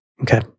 Okay